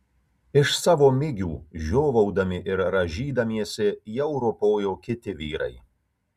iš savo migių žiovaudami ir rąžydamiesi jau ropojo kiti vyrai